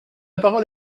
parole